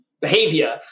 behavior